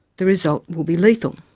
the result will be lethal.